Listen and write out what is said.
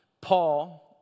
Paul